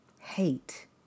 hate